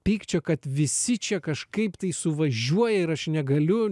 pykčio kad visi čia kažkaip tai suvažiuoja ir aš negaliu